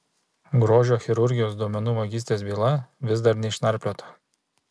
grožio chirurgijos duomenų vagystės byla vis dar neišnarpliota